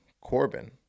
Corbin